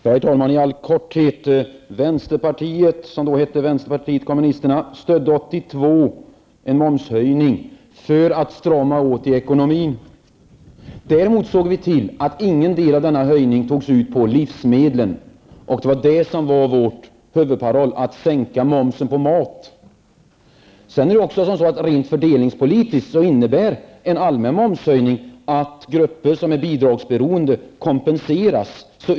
Herr talman! Vänsterpartiet, som då hette vänsterpartiet kommunisterna, stödde 1982 en momshöjning för att strama åt i ekonomin. Däremot såg vi till att ingen del av denna höjning togs ut på livsmedel. Det var vår huvudparoll att sänka momsen på mat. Rent fördelningspolitiskt innebär en allmän momshöjning att grupper som är bidragsberoende kompenseras.